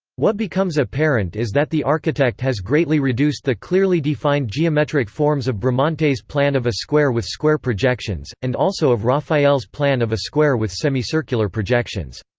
what becomes apparent is that the architect has greatly reduced the clearly defined geometric forms of bramante's plan of a square with square projections, and also of raphael's plan of a square with semi-circular projections.